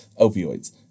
opioids